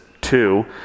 two